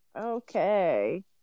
Okay